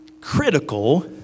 critical